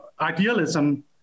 idealism